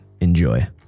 Enjoy